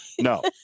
no